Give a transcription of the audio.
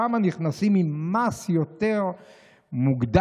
שם נכנסים עם מס יותר מוגדל,